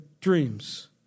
dreams